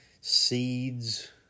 seeds